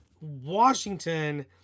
Washington